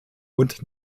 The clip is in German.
und